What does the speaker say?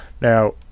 Now